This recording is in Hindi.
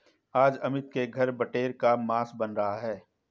आज अमित के घर बटेर का मांस बन रहा है